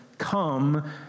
come